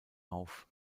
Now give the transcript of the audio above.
auf